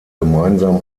gemeinsam